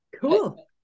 cool